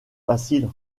facile